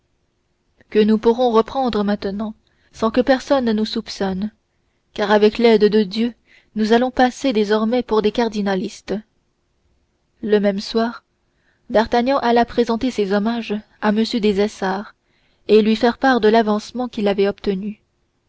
que nous pourrons reprendre maintenant sans que personne nous soupçonne car avec l'aide de dieu nous allons passer désormais pour des cardinalistes le même soir d'artagnan alla présenter ses hommages à m des essarts et lui faire part de l'avancement qu'il avait obtenu